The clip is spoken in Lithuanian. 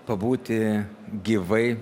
pabūti gyvai